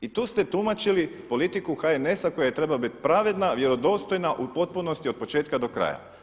I tu ste tumačili politiku HNS-a koja je trebala biti pravedna, vjerodostojna u potpunosti od početka do kraja.